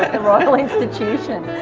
the royal institution.